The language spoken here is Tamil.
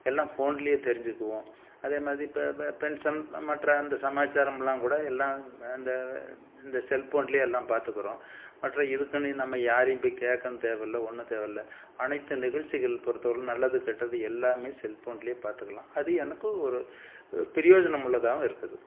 எல்லாம் போன்லேயே தெரிஞ்சுக்குவோம் அதேமாதிரி இப்போ இப்போ பென்ஷன் மற்ற அந்த சமாச்சாரம்லாம் கூட எல்லாம் அந்த இந்த செல்போனில் எல்லாம் பார்த்துக்குறோம் மற்ற இதுக்குன்னு நம்ம யாரையும் போய் கேட்கணுன் தேவையில்ல ஒன்று தேவையில்ல அனைத்து நிகழ்ச்சிகள் பொறுத்த வரையிலும் நல்லது கெட்டது எல்லாமே செல்போனில் பார்த்துக்கலாம் அது எனக்கு ஒரு பிரயோஜனம் உள்ளதாகவும் இருக்குது